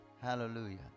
Hallelujah